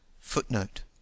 Footnote